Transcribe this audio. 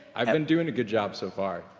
i've been doin' a good job so far.